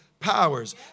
powers